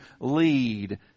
lead